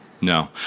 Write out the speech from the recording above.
No